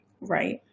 right